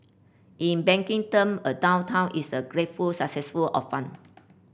in banking term a downtown is a grateful successful of fund